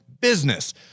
business